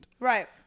Right